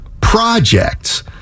projects